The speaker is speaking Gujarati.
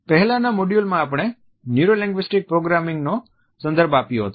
પહેલાનાં મોડ્યુલમાં આપણે ન્યુરો લેંગવિષ્ટિક પ્રોગ્રામિંગનો સંદર્ભ આપ્યો હતો